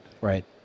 Right